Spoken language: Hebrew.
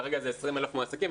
כרגע זה 20,000 מועסקים.